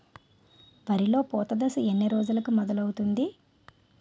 వరిలో పూత దశ ఎన్ని రోజులకు మొదలవుతుంది?